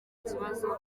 kibazo